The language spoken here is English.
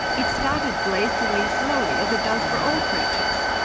it started glacially slowly, as it does for all creatures,